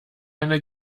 eine